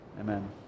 Amen